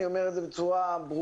אני אומר את זה בצורה ברורה.